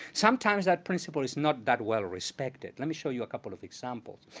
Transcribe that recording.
sometimes that principle is not that well respected. let me show you a couple of examples.